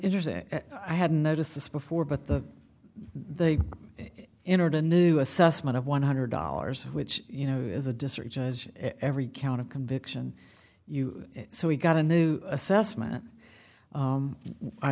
interesting i hadn't noticed this before but the they entered a new assessment of one hundred dollars which you know is a district judge every count of conviction you so he got a new assessment